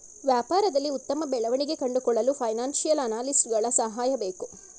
ವ್ಯಾಪಾರದಲ್ಲಿ ಉತ್ತಮ ಬೆಳವಣಿಗೆ ಕಂಡುಕೊಳ್ಳಲು ಫೈನಾನ್ಸಿಯಲ್ ಅನಾಲಿಸ್ಟ್ಸ್ ಗಳ ಸಹಾಯ ಬೇಕು